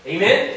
Amen